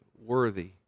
worthy